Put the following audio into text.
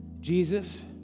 Jesus